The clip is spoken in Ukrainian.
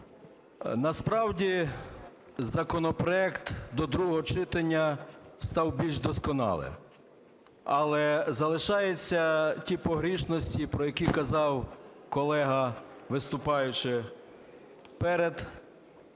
насправді законопроект до другого читання став більш досконалим. Але залишаються ті погрішності, про які казав колега, виступаючи перед